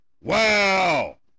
Wow